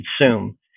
consume